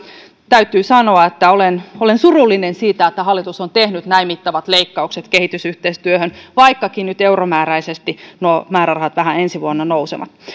täytyy sanoa että olen olen surullinen siitä että hallitus on tehnyt näin mittavat leikkaukset kehitysyhteistyöhön vaikkakin nyt euromääräisesti nuo määrärahat vähän ensi vuonna nousevat